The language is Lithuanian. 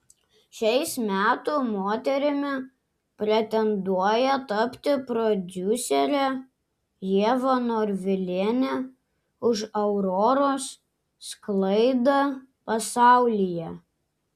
šiais metų moterimi pretenduoja tapti prodiuserė ieva norvilienė už auroros sklaidą pasaulyje